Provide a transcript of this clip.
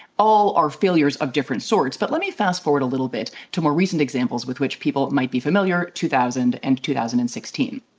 all are failures of different sorts. but let me fast forward a little bit to more recent examples with which people might be familiar, two thousand and two thousand and sixteen.